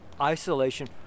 isolation